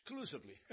exclusively